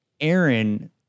Aaron